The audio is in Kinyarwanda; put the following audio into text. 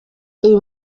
uyu